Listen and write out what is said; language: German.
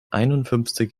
einundfünfzig